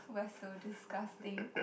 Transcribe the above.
we're so disgusting